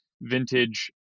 vintage